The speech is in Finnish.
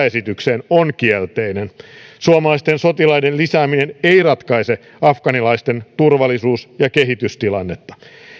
esitykseen on kielteinen suomalaisten sotilaiden lisääminen ei ratkaise afganistanilaisten turvallisuus ja kehitystilannetta